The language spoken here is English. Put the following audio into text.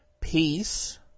peace